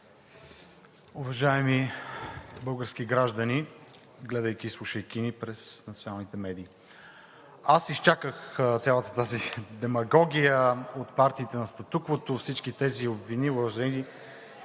уважаеми български граждани, гледайки и слушайки ни през националните медии! Аз изчаках цялата тази демагогия от партиите на статуквото, всички тези обвинения,